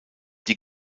die